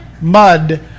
mud